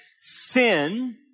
sin